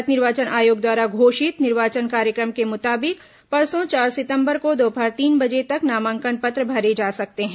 भारत निर्वाचन आयोग द्वारा घोषित निर्वाचन कार्यक्रम के मुताबिक परसों चार सितंबर को दोपहर तीन बजे तक नामांकन पत्र भरे जा सकते हैं